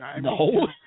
No